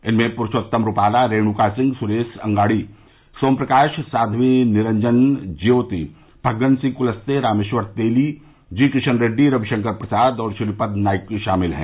इनमें प्रूषोतम रूपाला रेणुका सिंह सुरेश अंगाड़ी सोम प्रकाश साध्वी निरंजन ज्योति फग्गनसिंह कुलस्ते रामेश्वर तेली जी किशन रेड्डी रविशंकर प्रसाद और श्रीपद नाईक शामिल हैं